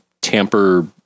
tamper